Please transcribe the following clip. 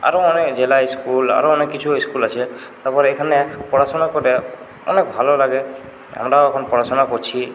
আরও অনেক জেলা স্কুল আরও অনেক কিছু স্কুল আছে তারপর এখানে পড়াশোনা করে অনেক ভালো লাগে আমরাও এখন পড়াশোনা করছি